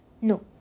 No